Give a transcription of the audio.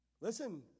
Listen